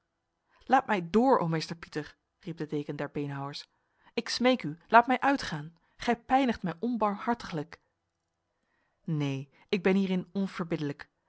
laat mij door o meester pieter riep de deken der beenhouwers ik smeek u laat mij uitgaan gij pijnigt mij onbarmhartiglijk neen ik ben hierin onverbiddelijk